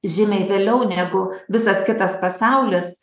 žymiai vėliau negu visas kitas pasaulis